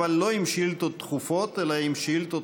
אבל לא עם שאילתות דחופות אלא עם שאילתות